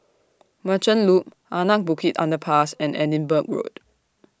Merchant Loop Anak Bukit Underpass and Edinburgh Road